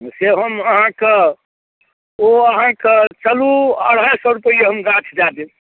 से हम अहाँके ओ अहाँके चलू अढ़ाइ सए रुपैए हम गाछ दए देब